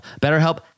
BetterHelp